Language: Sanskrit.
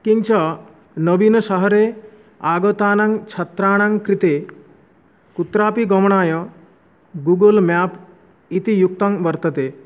किञ्च नवीनशहरे आगतानाञ्छात्राणाङ्कृते कुत्रापि गमनाय गुगुल् मेप् इति युक्तं वर्तते